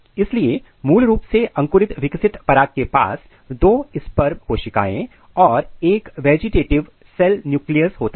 इसलिए मूल रूप से अंकुरित विकसित पराग के पास दो स्पर्म कोशिकाएं और एक वेजिटेटिव सेल न्यूक्लियस होता है